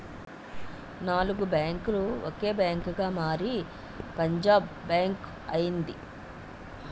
నాలుగు బ్యాంకులు ఒక బ్యాంకుగా మారి పంజాబ్ బ్యాంక్ అయింది